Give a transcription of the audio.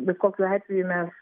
bet kokiu atveju mes